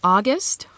August